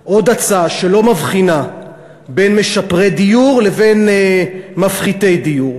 עוד הצעה שלא מבחינה בין משפרי דיור לבין מפחיתי דיור.